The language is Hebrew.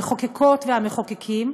המחוקקות והמחוקקים,